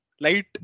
light